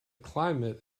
climate